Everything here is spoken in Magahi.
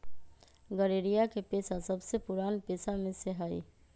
गरेड़िया के पेशा सबसे पुरान पेशा में से हई